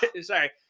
Sorry